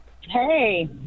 Hey